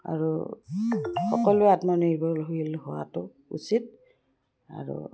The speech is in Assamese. আৰু সকলোৱে আত্মনিৰ্ভল হোৱাটো উচিত আৰু